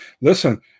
Listen